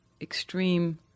extreme